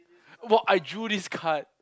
well I drew this card